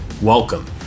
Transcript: Welcome